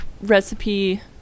recipe